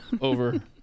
over